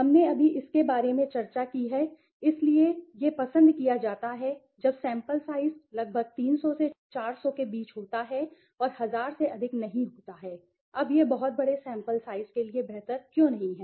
हमने अभी इसके बारे में चर्चा की है इसलिए यह पसंद किया जाता है जब सैंपल साइज़ लगभग 300 से 400 के बीच होता है और 1000 से अधिक नहीं होता है अब यह बहुत बड़े सैंपल साइज़ के लिए बेहतर क्यों नहीं है